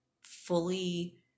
fully